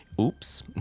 Oops